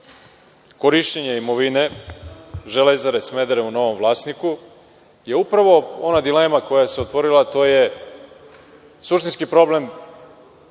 korišćenja imovine, „Železare“ Smederevo novom vlasniku, je upravo ona dilema koja se otvorila, a to je suštinski problem,